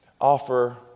offer